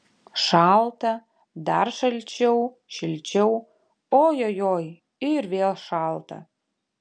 šalta dar šalčiau šilčiau ojojoi ir vėl šalta